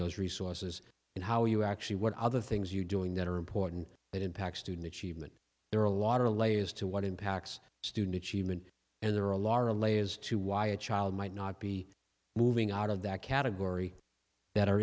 those resources and how you actually what other things you're doing that are important that impact student achievement there are a lot of layers to what impacts student achievement and there are a lara lay as to why a child might not be moving out of that category that are